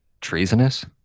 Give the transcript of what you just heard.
treasonous